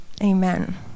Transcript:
amen